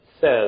says